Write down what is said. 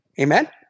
Amen